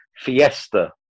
Fiesta